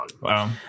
Wow